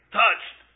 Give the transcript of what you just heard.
touched